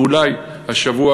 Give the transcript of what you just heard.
ואולי השבוע,